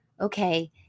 okay